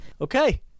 Okay